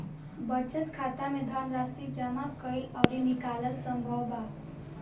बचत खाता में धनराशि जामा कईल अउरी निकालल संभव बा